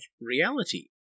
reality